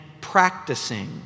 practicing